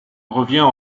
revient